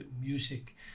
Music